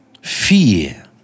Fear